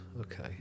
okay